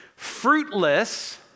fruitless